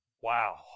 Wow